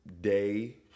day